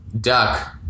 duck